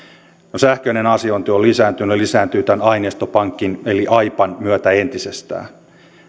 sähköinen asiointi on lisääntynyt ja lisääntyy tämän aineistopankin eli aipan myötä entisestään